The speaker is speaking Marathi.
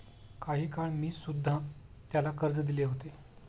काही काळ मी सुध्धा त्याला कर्ज दिले होते